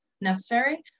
necessary